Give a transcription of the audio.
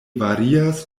varias